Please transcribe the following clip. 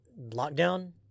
lockdown